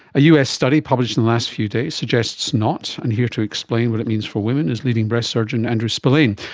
a us study published in the last few days suggests not, and here to explain what it means for women is leading breast surgeon andrew spillane,